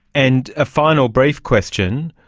and a final brief question,